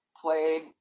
played